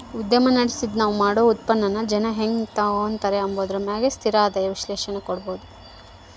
ಉದ್ಯಮ ನಡುಸ್ತಿದ್ರ ನಾವ್ ಮಾಡೋ ಉತ್ಪನ್ನಾನ ಜನ ಹೆಂಗ್ ತಾಂಬತಾರ ಅಂಬಾದರ ಮ್ಯಾಗ ಸ್ಥಿರ ಆದಾಯ ವಿಶ್ಲೇಷಣೆ ಕೊಡ್ಬೋದು